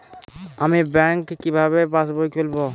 আমি ব্যাঙ্ক কিভাবে পাশবই খুলব?